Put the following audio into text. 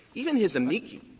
even his amici,